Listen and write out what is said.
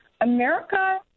America